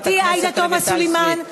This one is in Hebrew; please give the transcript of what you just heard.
חברתי עאידה תומא סלימאן,